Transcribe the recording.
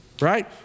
right